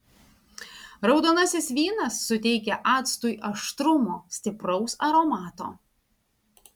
raudonasis vynas suteikia actui aštrumo stipraus aromato